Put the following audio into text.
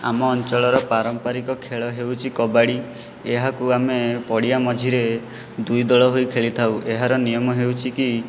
ଆମ ଅଞ୍ଚଳର ପାରମ୍ପାରିକ ଖେଳ ହେଉଛି କବାଡ଼ି ଏହାକୁ ଆମେ ପଡ଼ିଆ ମଝିରେ ଦୁଇଦଳ ହୋଇ ଖେଳିଥାଉ ଏହାର ନିୟମ ହେଉଛିକି